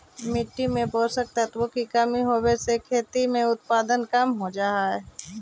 मिट्टी में पोषक तत्वों की कमी होवे से खेती में उत्पादन कम हो जा हई